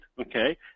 okay